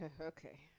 okay